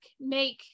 make